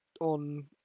on